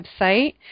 website